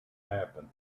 happen